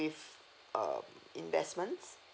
with um investments